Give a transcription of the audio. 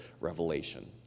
Revelation